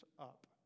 up